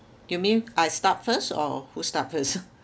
you mean I start first or who start first